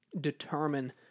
determine